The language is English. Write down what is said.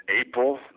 April